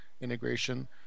integration